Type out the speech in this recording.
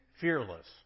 fearless